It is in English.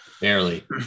barely